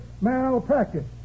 malpractice